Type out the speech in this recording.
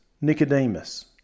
Nicodemus